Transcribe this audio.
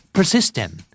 Persistent